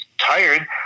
tired